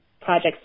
projects